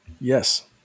Yes